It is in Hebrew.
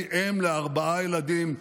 אני אם לארבעה ילדים,